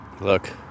Look